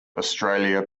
australia